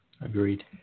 Agreed